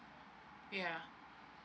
ya